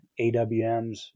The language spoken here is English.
AWMs